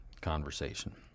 conversation